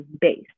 base